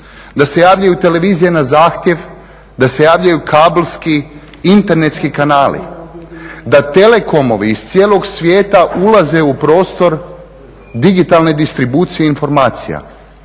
da se javljaju televizije na zahtjev, da se javljaju kabelski, internetski kanali. Da telekomovi iz cijelog svijeta ulaze u prostor digitalne distribucije informacija